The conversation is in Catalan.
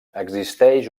existeix